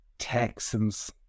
Texans